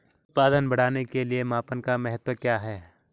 उत्पादन बढ़ाने के मापन का महत्व क्या है?